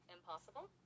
Impossible